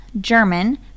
German